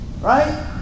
Right